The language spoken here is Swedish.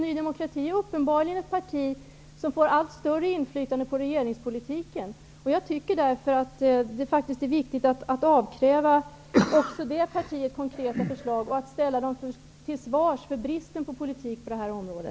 Ny demokrati är uppenbarligen ett parti som får allt större inflytande på regeringspolitiken. Det är därför viktigt att avkräva också detta parti konkreta förslag, och att ställa det till svars för bristen på politik på detta område.